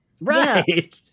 Right